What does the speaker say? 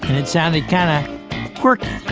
and it sounded kind of quirky